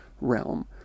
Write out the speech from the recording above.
realm